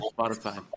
Spotify